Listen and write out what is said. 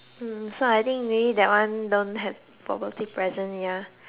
hmm so I think maybe that one don't have for birthday present ya